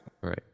Right